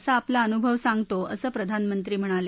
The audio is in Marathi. असा आपला अनुभव सांगतो असं प्रधानमंत्री म्हणाले